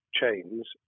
chains